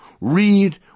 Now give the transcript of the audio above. read